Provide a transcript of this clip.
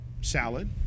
salad